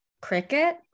cricket